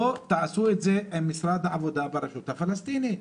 תעשו את זה עם משרד העבודה ברשות הפלסטינית,